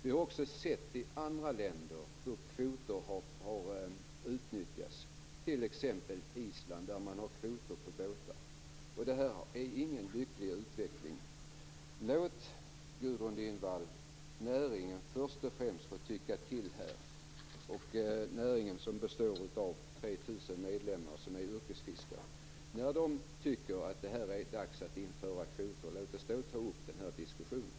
Vi har också sett i andra länder hur kvoter har utnyttjats, t.ex. i Island där man har kvoter på båtar. Det är ingen lyckad utveckling. Gudrun Lindvall! Låt näringen först och främst få tycka till om det här. Näringen består av 3 000 medlemmar som är yrkesfiskare. Låt oss ta upp den här diskussionen när de tycker att det är dags att införa kvoter.